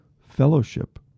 fellowship